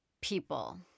people